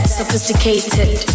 sophisticated